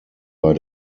bei